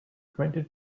twenty